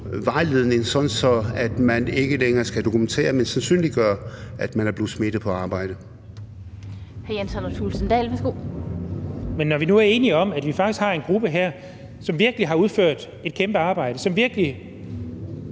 vejledningen, sådan at man ikke længere skal dokumentere, men sandsynliggøre, at man er blevet smittet på arbejde.